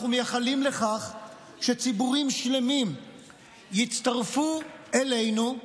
אנחנו מייחלים לכך שציבורים שלמים יצטרפו אלינו.